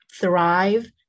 thrive